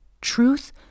Truth